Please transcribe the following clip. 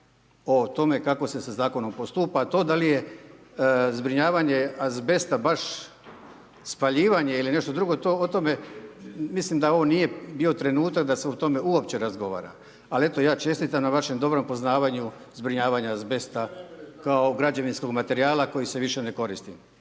o tome kako se sa Zakonom postupa. To da li je zbrinjavanje azbesta baš spaljivanje ili nešto drugo, o tome, mislim da ovo nije bio trenutak da se o tome uopće razgovara, ali eto ja čestitam na vašem dobrom poznavanju zbrinjavanja azbesta kao građevinskog materijala koji se više ne koristi.